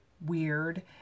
weird